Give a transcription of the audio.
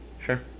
sure